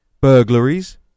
burglaries